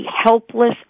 helpless